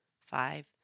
Five